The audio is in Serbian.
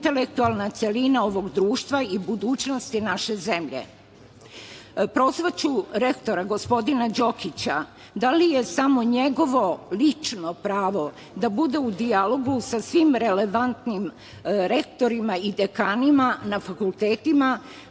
intelektualna celina ovog društva i budućnosti naše zemlje. Prozvaću rektora gospodina Đokića da li je samo njegovo lično pravo da bude u dijalogu sa svim relevantnim rektorima i dekanima na fakultetima